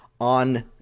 on